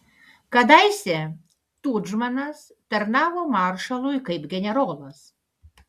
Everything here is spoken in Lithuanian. kadaise tudžmanas tarnavo maršalui kaip generolas